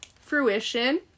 Fruition